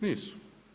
Nisu.